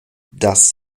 das